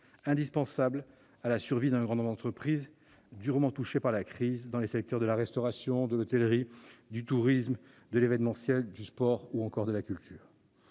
indispensable à la survie d'un grand nombre d'entreprises durement touchées par la crise dans les secteurs de la restauration, de l'hôtellerie, du tourisme, de l'événementiel, du sport ou encore de la culture.